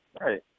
right